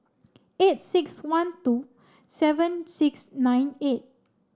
eight six one two seven six nine eight